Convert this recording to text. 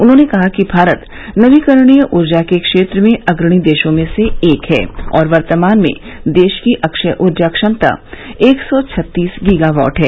उन्होंने कहा कि भारत नवीकरणीय ऊर्जा के क्षेत्र में अग्रणी देशों में से एक है और वर्तमान में देश की अक्षय ऊर्जा क्षमता एक सौ छत्तीस गीगावाट है